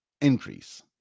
increase